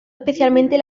especialmente